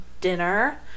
dinner